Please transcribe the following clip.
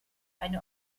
eine